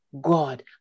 God